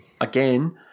Again